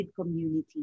community